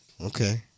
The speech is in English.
Okay